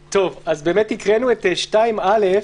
קראנו את סעיף 2(א).